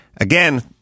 Again